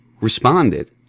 responded